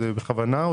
זה בכוונה?